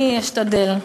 אני אשתדל.